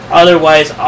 otherwise